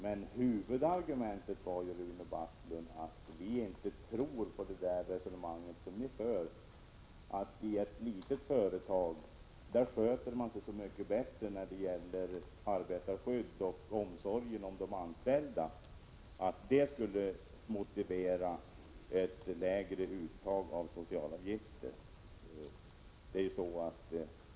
Men huvudargumentet var, Rune Backlund, att vi inte tror på ert resonemang om att man i ett litet företag skulle sköta sig så mycket bättre när det gäller arbetarskydd och omsorgen om de anställda att detta motiverade ett lägre uttag av socialavgifter.